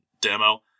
demo